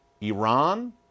Iran